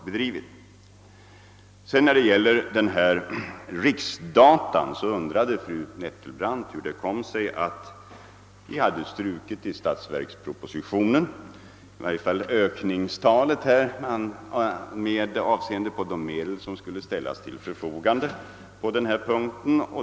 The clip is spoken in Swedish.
Beträffande »riksdatan» undrade fru Nettelbrandt hur det kom sig att vi i statsverkspropositionen hade strukit i varje fall ökningstalet med avseende på de medel, som skulle ställas till förfogande på denna punkt.